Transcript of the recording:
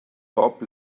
bob